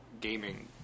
gaming